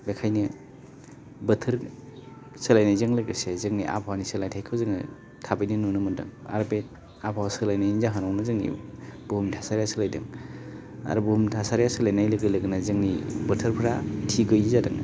बेखायनो बोथोर सोलायनायजों लोगोसे जोंनि आबहावानि सोलायथायखौ जोङो थाबैनो नुनो मोनदों आरो बे आबहावा सोलायनायनि जाहोनावनो जोंनि बुहुमनि थासारिया सोलायदों आरो बुहुमनि थासारिया सोलायनाय लोगो लोगोनो जोंनि बोथोरफ्रा थि गैयै जादों